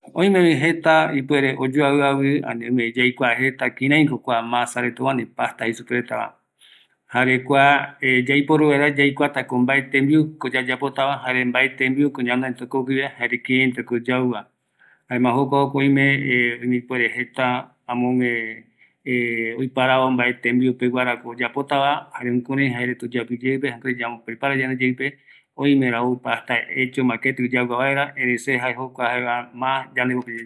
Oimeko jeta oyoavɨ kua masa reta pasta jeisupeva, jare yaikuatako mbae tembiuko yayapota kuandiveva, jkurai yaiparavo mbae tembiu peguarako oyeapotava, öimera ou yaguavaera